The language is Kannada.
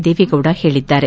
ದೇವೇಗೌಡ ಹೇಳಿದ್ದಾರೆ